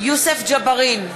יוסף ג'בארין,